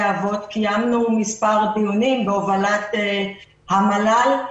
קיימנו מספר דיונים בהובלת המל"ל.